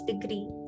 degree